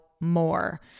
more